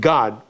God